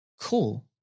Cool